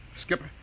Skipper